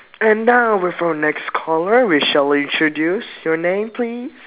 and now with our next caller we shall introduce your name please